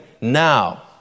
Now